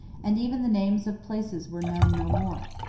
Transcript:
and even the names of places were known no more.